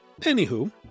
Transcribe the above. Anywho